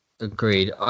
Agreed